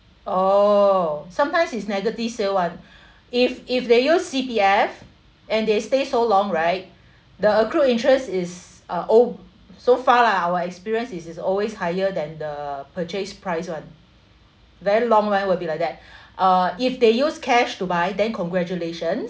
oh sometimes it's negative sale [one] if if they use C_P_F and they stay so long right the accrued interest is uh oh so far lah our experience is is always higher than the purchase price [one] very long line will be like that uh if they use cash to buy then congratulations